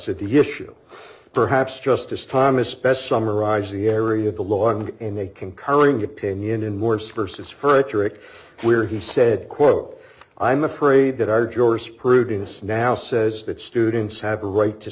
of the issue perhaps justice thomas best summarized the area of the law and in a concurring opinion in morse versus furniture rick where he said quote i'm afraid that our jurisprudence now says that students have a right to